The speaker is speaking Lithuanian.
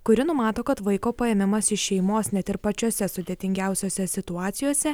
kuri numato kad vaiko paėmimas iš šeimos net ir pačiose sudėtingiausiose situacijose